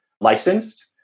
licensed